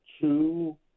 two